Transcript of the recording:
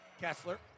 Kessler